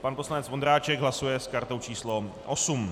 Pan poslanec Vondráček hlasuje s kartou číslo 8.